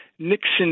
Nixon